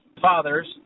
fathers